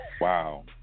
Wow